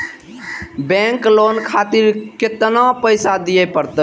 Bank loan खातीर केतना पैसा दीये परतें?